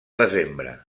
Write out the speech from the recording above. desembre